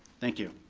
thank you.